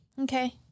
Okay